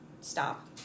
stop